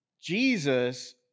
Jesus